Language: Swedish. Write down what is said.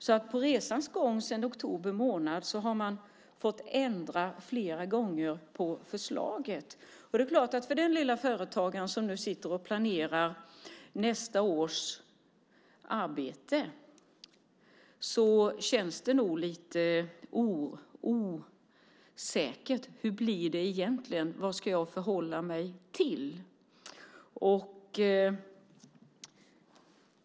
Under resans gång, sedan oktober månad, har man fått ändra förslaget flera gånger. För den lilla företagare som nu sitter och planerar nästa års arbete känns det nog lite osäkert: Hur blir det egentligen? Vad ska jag förhålla mig till?